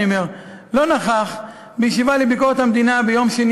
לא נכח בישיבה לביקורת המדינה ביום שני.